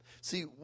see